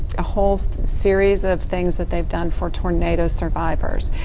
a whole series of things that they've done for tornado survivors.